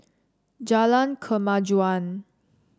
Jalan Kemajuan